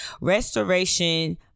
restoration